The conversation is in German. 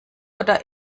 oder